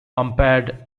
umpired